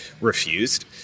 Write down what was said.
refused